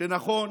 שנכון,